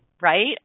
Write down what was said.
right